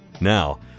Now